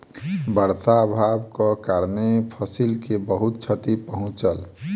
वर्षा अभावक कारणेँ फसिल के बहुत क्षति पहुँचल